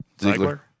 Ziegler